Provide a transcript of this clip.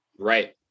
Right